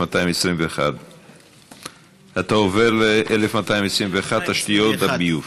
לשאילתה 1221. אתה עובר ל-1221, תשתיות הביוב.